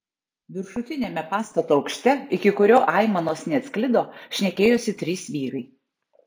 viršutiniame pastato aukšte iki kurio aimanos neatsklido šnekėjosi trys vyrai